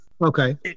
Okay